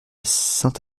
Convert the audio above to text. sainte